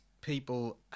people